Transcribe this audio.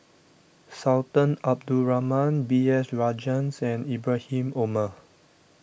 Sultan Abdul Rahman B S Rajhans and Ibrahim Omar